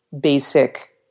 basic